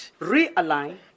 realign